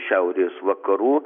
šiaurės vakarų